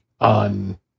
On